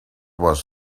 was